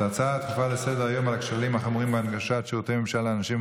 ההצעה הדחופה לסדר-היום על כשלים חמורים בהנגשת שירותי ממשל לאנשים עם